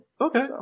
okay